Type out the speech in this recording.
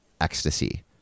ecstasy